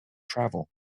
travel